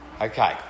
Okay